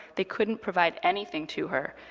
they couldn't provide anything to her.